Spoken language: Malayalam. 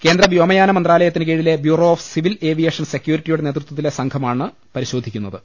കേന്ദ്രവ്യോമയാന മന്ത്രാലയത്തിനു കീഴിലെ ബ്യൂറോ ഓഫ് സിവിൽ ഏവിയേഷൻ സെക്യൂരിറ്റിയുടെ നേതൃത്വത്തിലെ സംഘമാണ് പരിശോധിക്കു ന്നത്